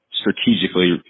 strategically